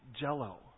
jello